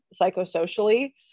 psychosocially